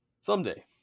someday